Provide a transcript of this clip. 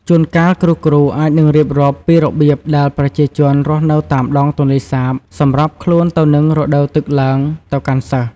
ជួនកាល គ្រូៗអាចនឹងរៀបរាប់ពីរបៀបដែលប្រជាជនរស់នៅតាមដងទន្លេសាបសម្របខ្លួនទៅនឹងរដូវទឹកឡើងទៅកាន់សិស្ស។